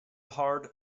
hard